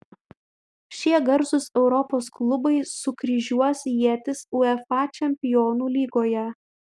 šie garsūs europos klubai sukryžiuos ietis uefa čempionų lygoje